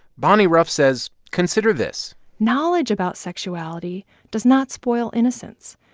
bonnie rough says, consider this knowledge about sexuality does not spoil innocence.